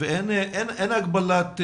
ואין הגבלת גיל?